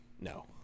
No